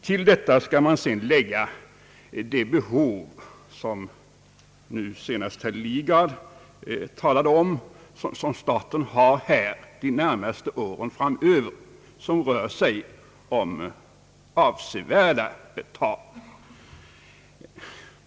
Till detta skall man sedan lägga det behov — som senast herr Lidgard talade om — som staten har de närmaste åren framöver, och det är avsevärt.